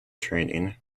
training